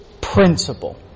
principle